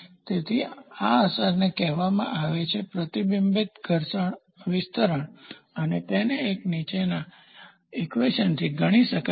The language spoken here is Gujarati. તેથી આ અસરને કહેવામાં આવે છે પ્રતિબિંબિત ઘર્ષણ વિસ્તરણ અને તેને તરીકે નીચેના ઇક્વેશનથી ગણી શકાય છે